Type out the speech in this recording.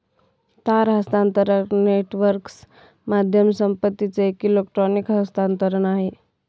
तार हस्तांतरण नेटवर्कच माध्यम संपत्तीचं एक इलेक्ट्रॉनिक हस्तांतरण आहे